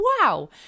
Wow